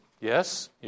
Yes